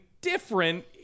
different